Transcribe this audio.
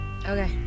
Okay